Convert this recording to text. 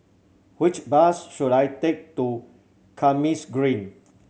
which bus should I take to Kismis Green